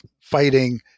fighting